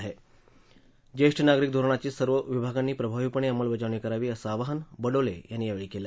ज्येष्ठ नागरिक धोरणाची सर्व विभागांनी प्रभावीपणे अंमलबजावणी करावी असं आवाहन बडोले यांनी यावेळी केलं